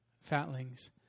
fatlings